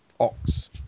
Ox